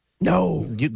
No